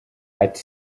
ati